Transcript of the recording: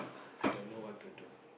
i don't know what to do